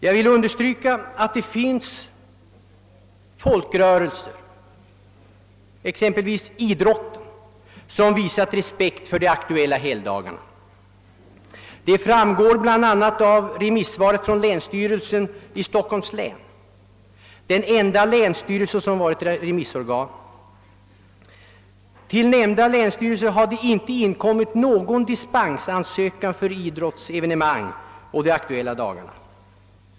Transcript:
Jag vill understryka att det finns folkrörelser, exempelvis idrotten, som visat respekt för de aktuella helgdagarna. Detta framgår bl.a. av remissvaret från länsstyrelsen i Stockholms län, den enda länsstyrelse som varit remissinstans. Till nämnda länsstyrelse hade inte inkommit någon dispensansökan för idrottsevenemang på de aktuella dagarna.